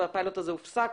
אבל הפיילוט הזה הופסק